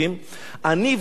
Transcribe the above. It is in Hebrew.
אני והוא הושיעה נא.